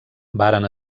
varen